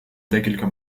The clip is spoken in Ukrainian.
декілька